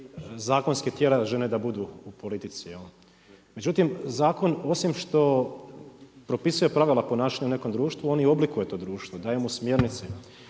zakonski tjera žene da budu u politici. Međutim, zakon osim što propisuje pravila ponašanja u nekom društvu on i oblikuje to društvo, daje mu smjernice.